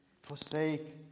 Forsake